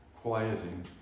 quieting